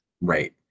Right